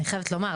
אני חייבת לומר,